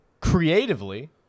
creatively